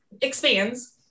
expands